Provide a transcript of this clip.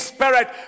Spirit